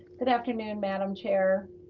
good afternoon madam chair,